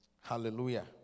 Hallelujah